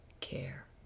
care